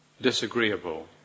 disagreeable